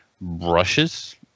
brushes